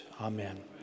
Amen